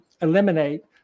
eliminate